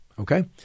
okay